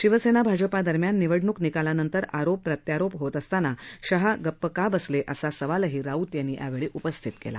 शिवसेना आजपा दरम्यान निवडणूक निकालानंतर आरोप प्रत्यारोप होत असताना शाह गप्प का बसले असा सवाल राऊत यांनी उपस्थित केला